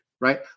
right